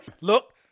Look